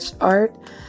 art